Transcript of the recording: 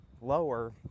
lower